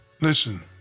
listen